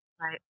Right